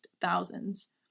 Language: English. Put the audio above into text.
thousands